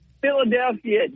Philadelphia